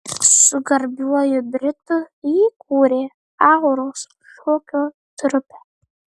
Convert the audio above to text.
su garbiuoju britu jį kūrė auros šokio trupę